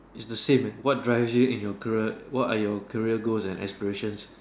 is the same meh what drives you in your career what are your career goals and aspirations